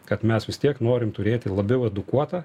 kad mes vis tiek norim turėti labiau edukuotą